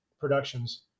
productions